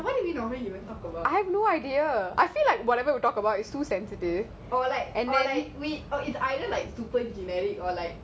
I have no idea I feel like whatever we talk about is too sensitive and then